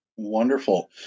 Wonderful